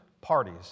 parties